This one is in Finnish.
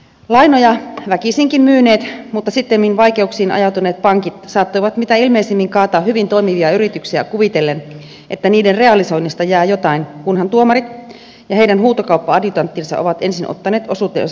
lainoja väkisinkin myyneet mutta sittemmin vaikeuksiin ajautuneet pankit saattoivat mitä ilmeisimmin kaataa hyvin toimivia yrityksiä kuvitellen että niiden realisoinnista jää jotain kunhan tuomari ja heidän huutokauppa adjutanttinsa ovat ensin ottaneet osuutensa päältä